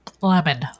Lemon